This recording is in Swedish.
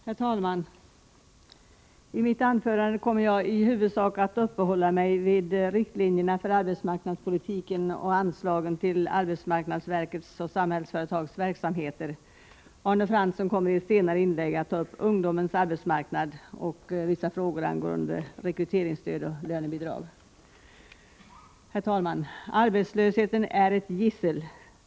Herr talman! I mitt anförande kommer jag i huvudsak att uppehålla mig vid riktlinjerna för arbetsmarknadspolitiken och anslagen till arbetsmarknadsverkets och Samhällsföretags verksamheter. Arne Fransson kommer i ett senare inlägg att ta upp ungdomens arbetsmarknad och vissa frågor angående rekryteringsstöd och lönebidrag. Herr talman! Arbetslösheten är ett gissel.